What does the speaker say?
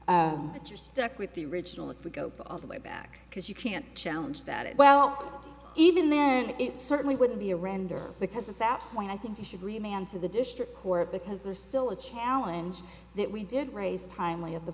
you're stuck with the original if we go the other way back because you can't challenge that it well even then it certainly wouldn't be a render because of that point i think you should remain on to the district court because there's still a challenge that we did raise timely at the